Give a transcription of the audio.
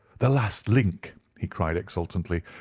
the last link, he cried, exultantly.